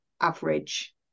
average